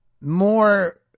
more